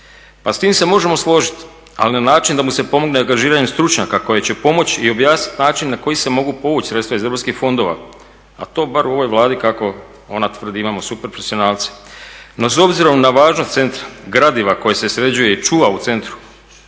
Pa s tim se možemo složiti, ali na način da mu se pomogne angažiranje stručnjaka koji će pomoći i objasniti način na koji se mogu povući sredstva iz europskih fondova, a to bar u ovoj Vladi kako ona tvrdi imamo super profesionalce. No, s obzirom na važnost centra, gradiva koje se sređuje i čuva u centru